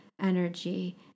energy